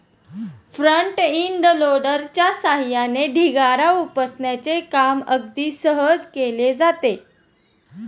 front end लोडरच्या सहाय्याने ढिगारा उपसण्याचे काम अगदी सहज केले जाते